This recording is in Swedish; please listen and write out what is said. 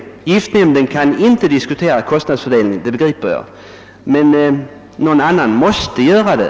Att giftnämnden inte kan diskutera frågan begriper jag, men någon annan måste göra det.